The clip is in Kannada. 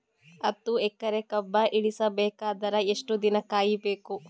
ಹತ್ತು ಎಕರೆ ಕಬ್ಬ ಇಳಿಸ ಬೇಕಾದರ ಎಷ್ಟು ದಿನ ಕಾಯಿ ಬೇಕು?